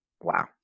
wow